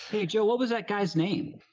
hey joe, what was that guy's name?